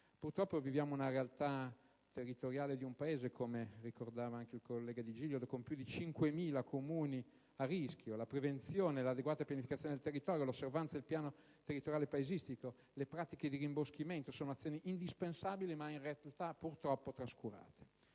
Purtroppo viviamo la realtà territoriale di un Paese - come ricordava il collega Digilio - con più di 5.000 Comuni a rischio. La prevenzione, l'adeguata pianificazione del territorio, l'osservanza del piano territoriale paesaggistico, le pratiche di rimboschimento sono azioni indispensabili, ma nella realtà purtroppo trascurate.